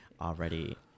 already